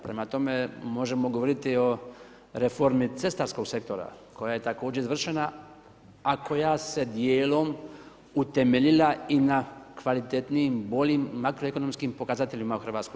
Prema tome, možemo govoriti o reformi cestarskog sektora koja je također izvršena a koja se dijelom utemeljila i na kvalitetnijim, boljim, makroekonomskim pokazateljima u Hrvatskoj.